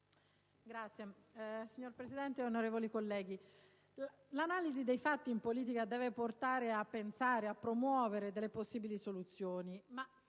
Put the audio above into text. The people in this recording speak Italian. *(PD)*. Signor Presidente, onorevoli colleghi, l'analisi dei fatti in politica deve portare a pensare e promuovere possibili soluzioni,